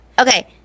Okay